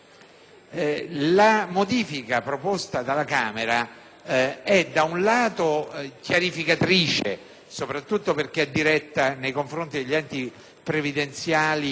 La modifica proposta dalla Camera è da un lato chiarificatrice, soprattutto perché è diretta nei confronti degli enti previdenziali